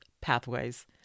Pathways